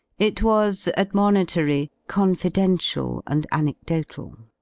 it was admonitory, confidential, and anecdotal